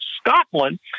Scotland